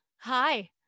hi